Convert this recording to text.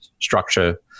structure